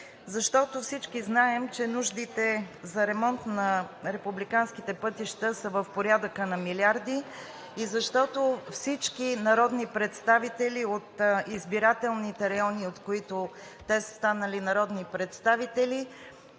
защото всички знаем, че нуждите за ремонт на републиканските пътища са в порядъка на милиарди. Защото всички народни представители от избирателните райони, от които те са станали народни представители